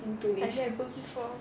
I never go before